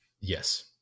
Yes